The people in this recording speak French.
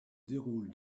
déroule